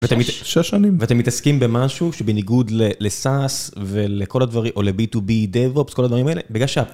6 שנים ואתם מתעסקים במשהו שבניגוד לסאס ולכל הדברים או לביטו בי דבופס כל הדברים האלה בגלל שאתה.